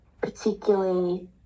particularly